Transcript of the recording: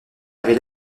avait